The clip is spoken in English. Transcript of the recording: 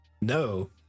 No